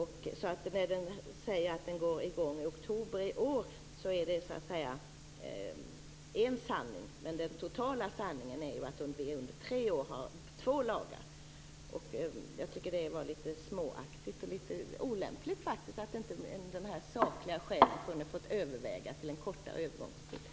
När man säger att den nya går i gång i oktober i år är det en sanning. Men den totala sanningen är att vi under tre år har två lagar. Jag tycker att det var litet småaktigt och faktiskt också olämpligt att inte de sakliga skälen kunde få överväga till förmån för en kortare övergångstid.